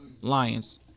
Lions